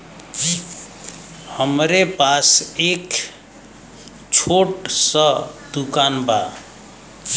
हमरे पास एक छोट स दुकान बा